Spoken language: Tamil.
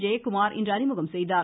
ஜெயக்குமார் இன்று அறிமுகம் செய்தார்